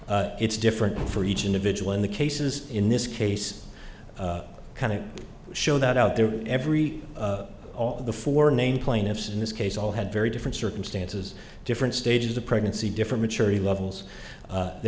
access it's different for each individual in the cases in this case kind of show that out there every all the for name plaintiffs in this case all had very different circumstances different stages of pregnancy differ maturity levels there